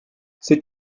sais